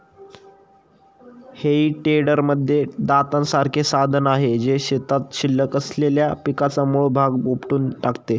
हेई टेडरमध्ये दातासारखे साधन आहे, जे शेतात शिल्लक असलेल्या पिकाचा मूळ भाग उपटून टाकते